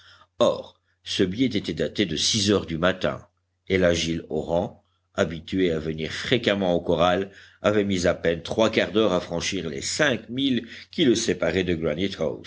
or ce billet était daté de six heures du matin et l'agile orang habitué à venir fréquemment au corral avait mis à peine trois quarts d'heure à franchir les cinq milles qui le